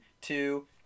two